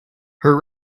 her